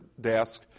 desk